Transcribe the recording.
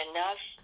Enough